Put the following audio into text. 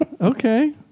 Okay